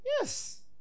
Yes